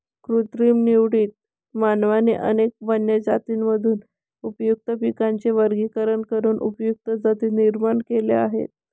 कृत्रिम निवडीत, मानवाने अनेक वन्य जातींमधून उपयुक्त पिकांचे वर्गीकरण करून उपयुक्त जाती निर्माण केल्या आहेत